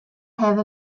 have